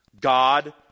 God